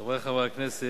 חברי חברי הכנסת,